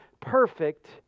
perfect